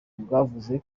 bwavuze